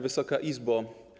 Wysoka Izbo!